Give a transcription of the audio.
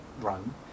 Rome